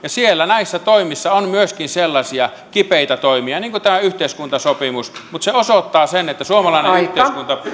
siellä näissä toimissa on myöskin sellaisia kipeitä toimia niin kuin tämä yhteiskuntasopimus mutta se osoittaa sen että suomalainen yhteiskunta